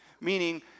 meaning